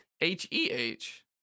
H-E-H